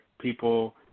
people –